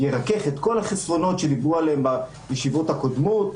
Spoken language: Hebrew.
ירכך את כל החסרונות שדיברו עליהם בישיבות הקודמות,